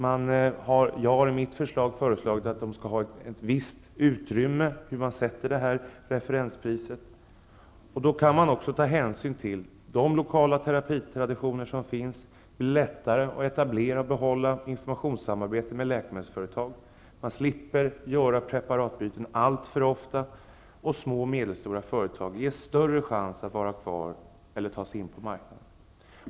Jag har föreslagit att de skall få ett visst utrymme för att sätta referenspriset. Då går det också att ta hänsyn till de lokala terapitraditioner som finns, och det blir lättare att etablera och behålla informationssamarbete med läkemedelsföretag. Man slipper göra preparatbyten alltför ofta och små och medelstora företag ges större chans att vara kvar eller ta sig in på marknaden.